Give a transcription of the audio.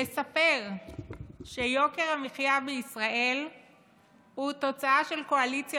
לספר שיוקר המחיה בישראל הוא תוצאה של קואליציה